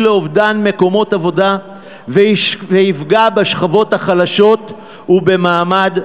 לאובדן מקומות עבודה ויפגע בשכבות החלשות ובמעמד הביניים.